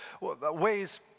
ways